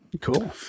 Cool